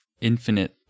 infinite